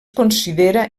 considera